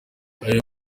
uyu